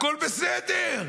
הכול בסדר.